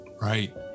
right